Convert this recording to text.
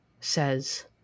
says